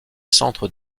centre